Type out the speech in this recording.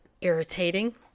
irritating